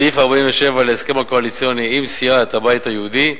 סעיף 47 להסכם הקואליציוני עם סיעת הבית היהודי,